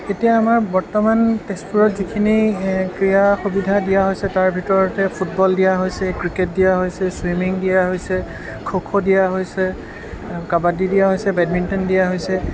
এতিয়া আমাৰ বৰ্তমান তেজপুৰত যিখিনি ক্ৰীড়া সুবিধা দিয়া হৈছে তাৰ ভিতৰতে ফুটবল দিয়া হৈছে ক্ৰিকেট দিয়া হৈছে চুইমিং দিয়া হৈছে খ' খ' দিয়া হৈছে কাবাড্ডী দিয়া হৈছে বেডমিন্টন দিয়া হৈছে